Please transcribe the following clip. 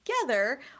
together